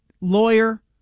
Lawyer